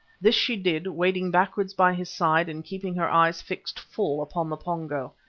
this she did wading backwards by his side and keeping her eyes fixed full upon the pongo.